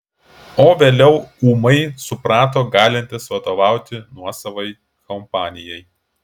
o vėliau ūmai suprato galintis vadovauti nuosavai kompanijai